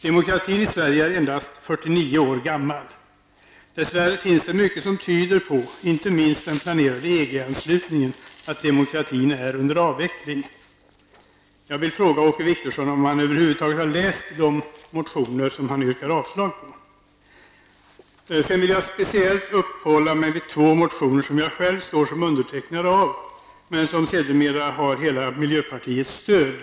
Demokratin i Sverige är endast 49 år gammal. Dess värre finns mycket som tyder på, inte minst den planerade EG anslutningen, att demokratin är under avveckling. Jag vill fråga Åke Wictorsson om han över huvud taget har läst de motioner han yrkar avslag på. Jag vill speciellt uppehålla mig vid två motioner som jag själv står som undertecknare av. De har sedermera fått hela miljöpartiets stöd.